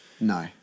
No